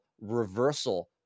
reversal